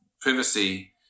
privacy